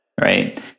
right